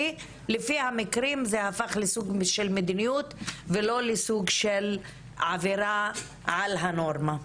לפי המקרים זה הפך לסוג של מדיניות ולא לסוג של עבירה על הנורמה.